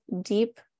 deep